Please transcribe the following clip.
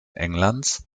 englands